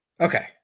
Okay